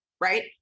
right